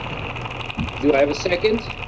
do i have a second?